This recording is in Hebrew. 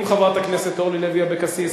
עם חברת הכנסת אורלי לוי אבקסיס,